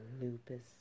lupus